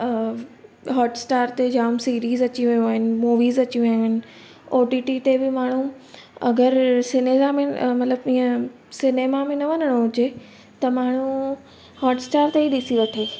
Hotstar ते जाम series अची वियूं आहिनि मूवीज़ अची वियूं आहिनि ओ टी टी ते बि माण्हू अगरि सिनीज़ा में मतिलबु ईअं सिनेमा में न वञिणो हुजे त माण्हू हॉटस्टार ते ई ॾिसी वठे